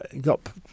got